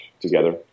together